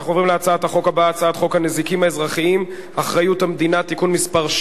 הצעת חוק הגנת הצרכן (תיקון,